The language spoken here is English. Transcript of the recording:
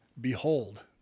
Behold